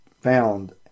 Found